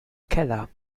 keller